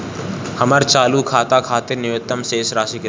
हमर चालू खाता खातिर न्यूनतम शेष राशि केतना बा?